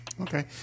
okay